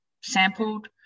sampled